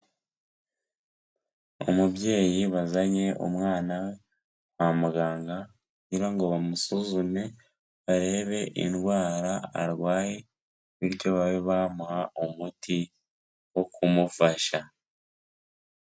Umubyeyi wazanye umwana we kwa muganga kugira ngo bamusuzume barebe indwara arwaye bityo babe bamuha umuti wo kumufasha.